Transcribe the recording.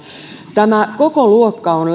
tämä kokoluokka on